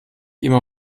immer